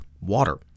water